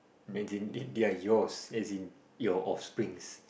imagine they are yours as in your offsprings